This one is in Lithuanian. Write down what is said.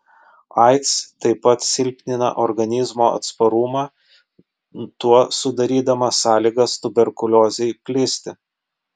aids taip pat silpnina organizmo atsparumą tuo sudarydama sąlygas tuberkuliozei plisti